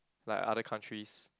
like other countries